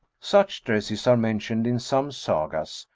such dresses are mentioned in some sagas,